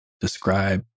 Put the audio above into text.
describe